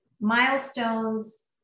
milestones